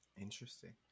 interesting